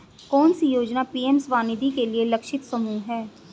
कौन सी योजना पी.एम स्वानिधि के लिए लक्षित समूह है?